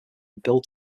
bill